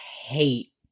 hate